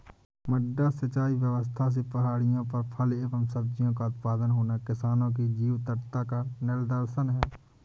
मड्डा सिंचाई व्यवस्था से पहाड़ियों पर फल एवं सब्जियों का उत्पादन होना किसानों की जीवटता का निदर्शन है